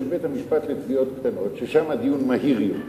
בית-המשפט לתביעות קטנות ששם הדיון מהיר יותר,